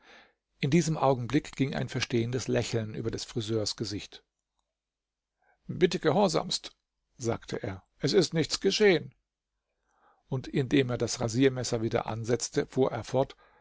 in diesem augenblick ging ein verstehendes lächeln über des friseurs gesicht bitte gehorsamst sagte er es ist nichts geschehen und indem er das rasiermesser wieder ansetzte fuhr